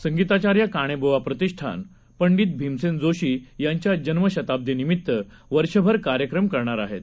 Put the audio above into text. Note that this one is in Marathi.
संगीताचार्यकाणेब्वाप्रतिष्ठान पंडितभीमसेनजोशीयांच्याजन्मशताब्दीनिमित्तवर्षभरकार्यक्रमकरणारआहेत